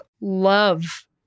love